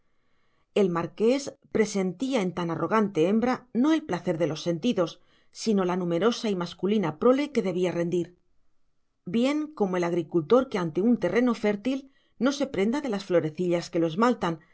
el marqués presentía en tan arrogante hembra no el placer de los sentidos sino la numerosa y masculina prole que debía rendir bien como el agricultor que ante un terreno fértil no se prenda de las florecillas que lo